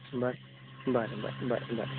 बरें बरें बरें बरें बरें